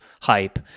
hype